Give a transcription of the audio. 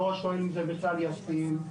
לא שואל אם זה בכלל ישים.